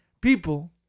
people